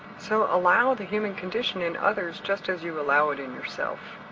so allow the human condition in others just as you allow it in yourself.